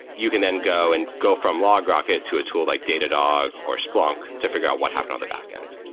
you can then go and go from logrocket to a tool like datadog or splunk to figured out what happened on the backend.